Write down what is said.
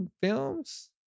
films